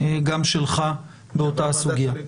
גם שלך באותה הסוגיה,